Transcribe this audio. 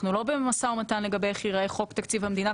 אנחנו לא במשא ומתן לגבי איך ייראה חוק תקציב המדינה.